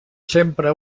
sempre